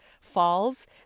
falls